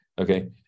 okay